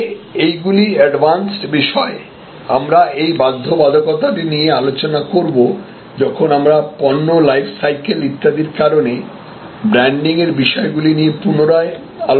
তবে এই গুলি অ্যাডভান্সড বিষয় আমরা এই বাধ্যবাধকতাটি নিয়ে আলোচনা করব যখন আমরা পণ্য লাইফ সাইকেল ইত্যাদির কারণে ব্র্যান্ডিংয়ের বিষয়গুলি নিয়ে পুনরায় আলোচনা করব